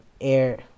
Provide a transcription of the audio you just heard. air